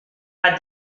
pas